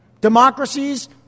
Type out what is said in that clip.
democracies